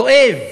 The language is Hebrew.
דואב,